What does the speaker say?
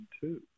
two